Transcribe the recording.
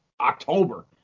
October